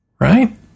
Right